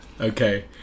Okay